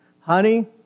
honey